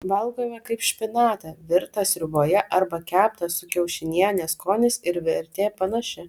valgome kaip špinatą virtą sriuboje arba keptą su kiaušiniene skonis ir vertė panaši